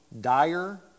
dire